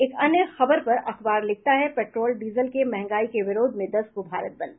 एक अन्य खबर पर अखबार लिखता है पेट्रोल डीजल के महंगाई के विरोध में दस को भारत बंद